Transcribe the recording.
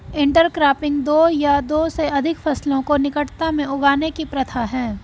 intercropping दो या दो से अधिक फसलों को निकटता में उगाने की प्रथा है